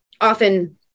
often